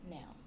Now